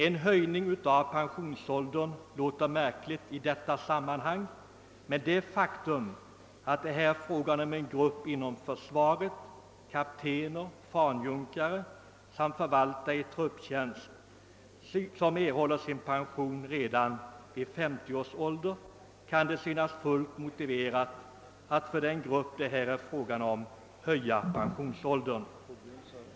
En höjning av pensionsåldern låter märkligt i nu förevarande sammanhang, men det faktum att nämnda motion gällde grupper inom försvaret, nämligen kaptener, fanjunkare och förvaltare i trupptjänst, som erhåller sin pension redan vid 50 års ålder, kan förklara att det synes fullt motiverat att för den gruppen höja pensionsål dern.